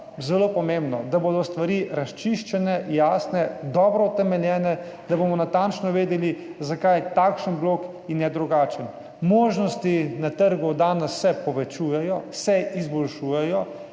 Zelo pomembno, da bodo stvari razčiščene, jasne, dobro utemeljene, da bomo natančno vedeli, zakaj takšen blok in ne drugačen. Možnosti na trgu danes se povečujejo, se izboljšujejo,